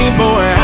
boy